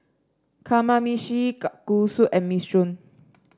Kamameshi Kalguksu and Minestrone